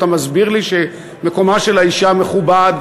אתה מסביר לי שמקומה של האישה מכובד,